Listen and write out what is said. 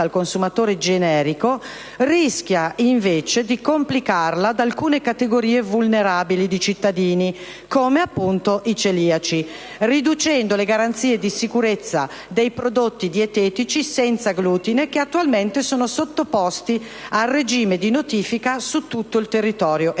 la vita al consumatore generico, rischia invece di complicarla ad alcune categorie vulnerabili di cittadini, come appunto i celiaci, riducendo le garanzie di sicurezza dei prodotti dietetici senza glutine, che attualmente sono sottoposti al regime di notifica su tutto il territorio europeo: